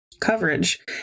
coverage